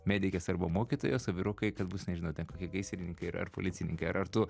medikės arba mokytojos o vyrukai kad bus nežinau ten kokie gaisrininkai ir ar policininkai ar ar tu